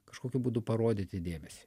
kažkokiu būdu parodyti dėmesį